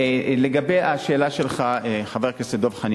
לגבי השאלה שלך, חבר הכנסת דב חנין: